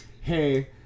hey